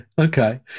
okay